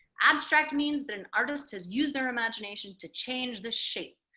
abstract means that an artist has used their imagination to change the shape,